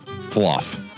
fluff